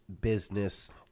business